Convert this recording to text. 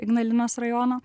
ignalinos rajono